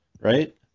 Right